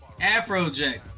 Afrojack